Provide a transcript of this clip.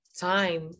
time